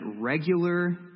regular